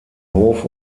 hof